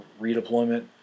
redeployment